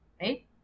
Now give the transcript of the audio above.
right